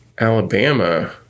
Alabama